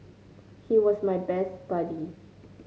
he was my best buddy